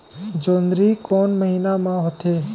जोंदरी कोन महीना म होथे?